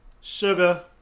Sugar